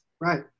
Right